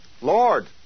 Lord